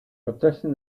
partition